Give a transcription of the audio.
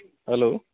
hello